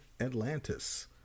atlantis